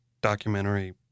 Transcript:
documentary